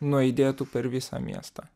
nuaidėtų per visą miestą